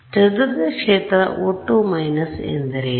ಆದ್ದರಿಂದ ಚದುರಿದ ಕ್ಷೇತ್ರ ಒಟ್ಟು ಮೈನಸ್ ಎಂದರೇನು